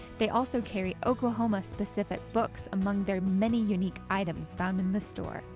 they also carry oklahoma-specific books among their many unique items found in the store.